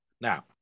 Now